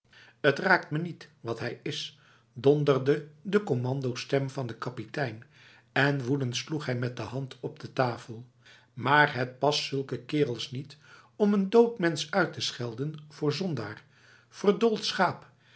het raakt me niet wat hij is donderde de commandostem van de kapitein en woedend sloeg hij met de hand op de tafel maar het past zulke kerels niet om een dood mens uit te schelden voor zondaar verdoold schaap